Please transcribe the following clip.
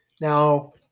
Now